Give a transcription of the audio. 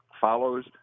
follows